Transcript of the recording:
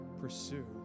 pursue